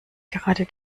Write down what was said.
gerade